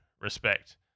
respect